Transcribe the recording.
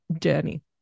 journey